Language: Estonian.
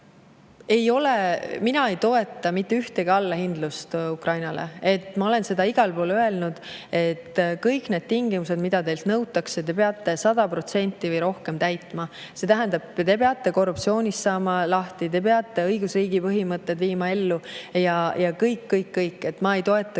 mina ei toeta mitte mingit allahindlust Ukrainale. Ma olen seda neile igal pool öelnud: kõik tingimused, mida teilt nõutakse, te peate 100% või rohkem täitma. See tähendab, et te peate korruptsioonist lahti saama, te peate õigusriigi põhimõtteid ellu viima – kõik-kõik-kõik! Ma ei toeta